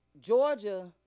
Georgia